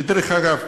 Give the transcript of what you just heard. שדרך אגב